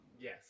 Yes